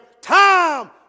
Time